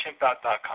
ChimpOut.com